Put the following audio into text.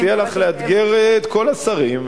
אני מציע לך לאתגר את כל השרים,